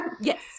yes